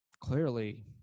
clearly